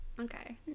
Okay